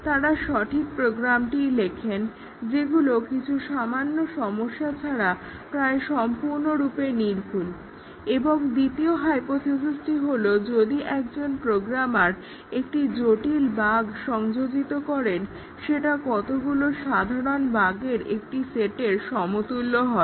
তারা সঠিক প্রোগ্রামটিই লেখেন যেগুলো কিছু সামান্য সমস্যা ছাড়া প্রায় সম্পূর্ণরূপে নির্ভুল এবং দ্বিতীয় হাইপোথিসিসটি হলো যদি একজন প্রোগ্রামার একটা জটিল বাগ্ সংযোজিত করেন সেটা কতগুলো সাধারণ বাগের একটি সেটের সমতুল্য হবে